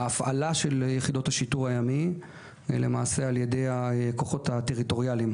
ההפעלה של יחידות השיטור הימי היא על-ידי הכוחות הטריטוריאליים,